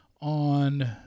on